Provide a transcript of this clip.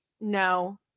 no